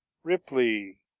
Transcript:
ripley,